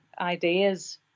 ideas